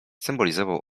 symbolizował